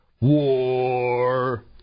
War